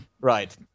Right